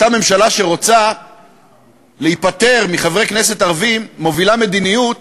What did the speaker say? אותה ממשלה שרוצה להיפטר מחברי כנסת ערבים מובילה מדיניות